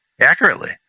accurately